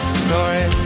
story